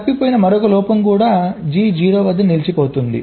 తప్పిపోయిన మరొక లోపం కూడా G 0 వద్ద నిలిచిపోతుంది